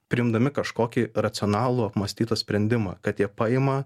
priimdami kažkokį racionalų apmąstytą sprendimą kad jie paima